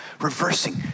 reversing